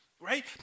right